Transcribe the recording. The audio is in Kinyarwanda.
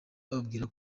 bababwira